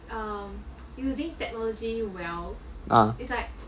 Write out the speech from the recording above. ah